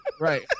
Right